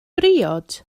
briod